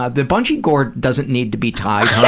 ah the bungee cord doesn't need to be tied yeah to